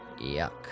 Yuck